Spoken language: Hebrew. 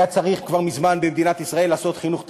היה צריך כבר מזמן במדינת ישראל לעשות חינוך דיפרנציאלי.